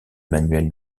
manuels